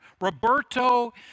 Roberto